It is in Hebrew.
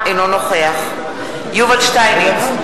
אינו נוכח יובל שטייניץ,